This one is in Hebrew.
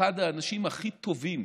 אחד האנשים הכי טובים,